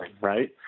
right